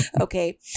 Okay